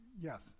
Yes